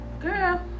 girl